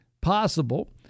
possible